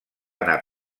anar